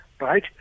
Right